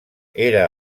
era